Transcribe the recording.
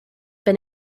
been